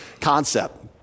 concept